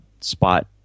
spot